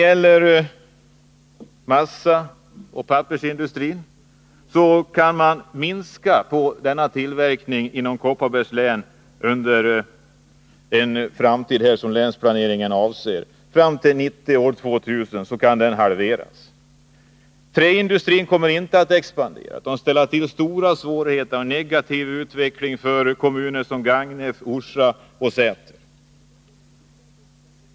Beträffande massaoch pappersindustrin är att märka att tillverkningen i Kopparbergs län kan komma att halveras fram till år 1990 eller år 2000. Träindustrin kommer inte att expandera utan ställa till stora svårigheter för kommuner som Gagnef, Orsa och Säter.